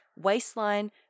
waistline